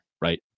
right